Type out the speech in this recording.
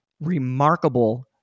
remarkable